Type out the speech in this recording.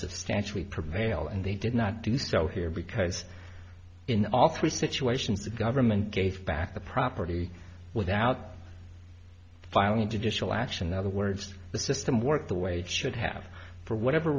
substantially prevail and they did not do so here because in all three situations the government gave back the property without filing judicial action other words the system worked the way it should have for whatever